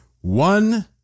one